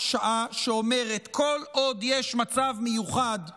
שעה שאומרת: כל עוד יש מצב מיוחד בעורף,